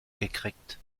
gekriegt